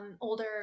older